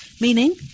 Meaning